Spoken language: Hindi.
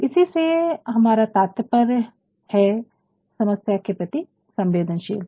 इसी से हमारा तात्पर्य है समस्या के प्रति संवेदनशीलता